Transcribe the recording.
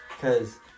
Cause